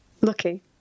Lucky